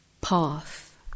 path